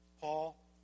Paul